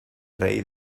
rey